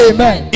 Amen